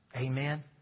Amen